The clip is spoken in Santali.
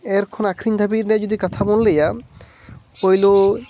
ᱮᱨ ᱠᱷᱚᱱ ᱟᱹᱠᱷᱟᱨᱤᱧ ᱫᱷᱟᱹᱵᱤᱡ ᱨᱮᱱᱟᱜ ᱡᱩᱫᱤ ᱠᱟᱛᱷᱟ ᱵᱚᱱ ᱞᱟᱹᱭᱟ ᱯᱳᱭᱞᱳ